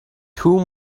too